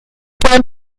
pueden